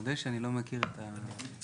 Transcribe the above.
מודה שאני לא מכיר את התוכנית.